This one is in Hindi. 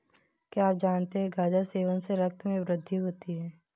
क्या आप जानते है गाजर सेवन से रक्त में वृद्धि होती है?